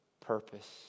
purpose